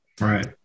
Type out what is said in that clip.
Right